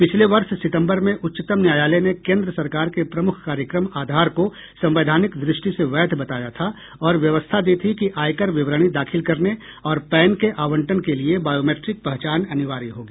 पिछले वर्ष सितम्बर में उच्चतम न्यायालय ने केन्द्र सरकार के प्रमुख कार्यक्रम आधार को संवैधानिक दृष्टि से वैध बताया था और व्यवस्था दी थी कि आयकर विवरणी दाखिल करने और पैन के आवंटन के लिए बायोमैट्रिक पहचान अनिवार्य होगी